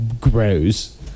gross